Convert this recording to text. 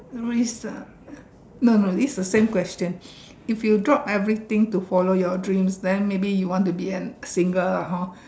risk ah no no this is the same question if you drop everything to follow your dreams then maybe you want to be an single lah hor